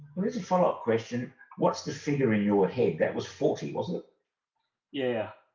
there's a follow-up question what's the figure in your head that was forty wasn't it yeah